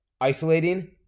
isolating